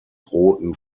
roten